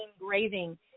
Engraving